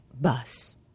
bus